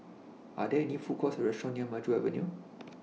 Are There any Food Courts Or restaurants near Maju Avenue